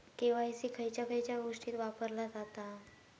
KYC खयच्या खयच्या गोष्टीत वापरला जाता?